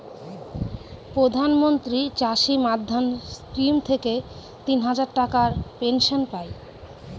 প্রধান মন্ত্রী চাষী মান্ধান স্কিম থেকে তিন হাজার টাকার পেনশন পাই